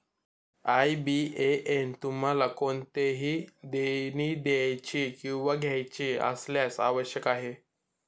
IBAN तुम्हाला कोणतेही देणी द्यायची किंवा घ्यायची असल्यास आवश्यक आहे